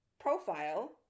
profile